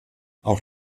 auch